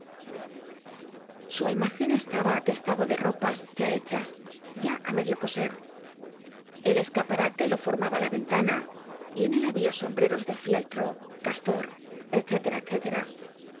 su ahnaecn esta bu atestado de ropas ya hechas i medio coser el escaparate lo formaba la en lana y en él habia suru brcros de fieltro castor